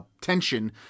Tension